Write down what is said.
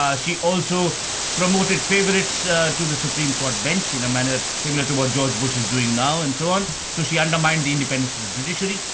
ah she also promoted favourites ah to the supreme court bench in a manner similar to what george bush is doing now and so on, so she undermined the independence of the judiciary.